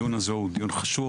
הדיון הזה הוא דיון חשוב,